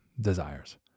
desires